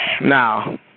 now